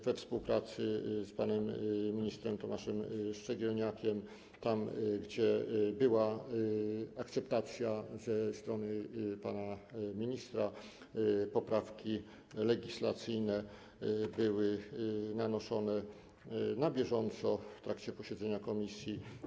We współpracy z panem ministrem Tomaszem Szczegielniakiem - tam, gdzie była akceptacja ze strony pana ministra - poprawki legislacyjne były nanoszone na bieżąco w trakcie posiedzenia komisji.